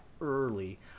early